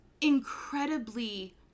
incredibly